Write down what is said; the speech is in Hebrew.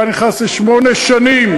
הוא היה נכנס לשמונה שנים,